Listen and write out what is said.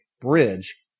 bridge